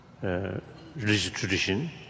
tradition